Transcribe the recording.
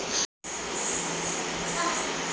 Agri e commerce అంటే ఏంటిది?